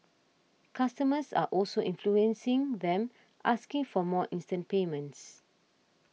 customers are also influencing them asking for more instant payments